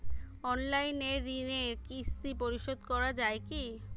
Online ঋণের কিস্তি পরিশোধ করা যায় কি?